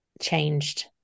changed